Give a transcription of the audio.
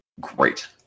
great